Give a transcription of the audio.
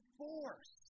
force